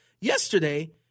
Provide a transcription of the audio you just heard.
yesterday